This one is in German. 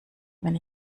wenn